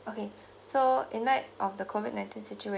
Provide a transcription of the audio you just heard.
okay so in light of the COVID nineteen situation